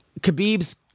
Khabib's